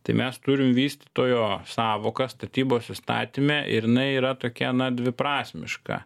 tai mes turim vystytojo sąvoką statybos įstatyme ir jinai yra tokia na dviprasmiška